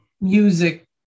music